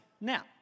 Now